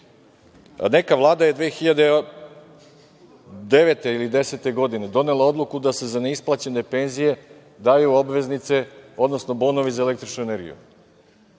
Vlada je 2009. ili 2010. godine, donela odluku da se za neisplaćene penzije daju obveznice odnosno bonovi za električnu energiju.